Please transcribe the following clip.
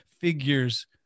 figures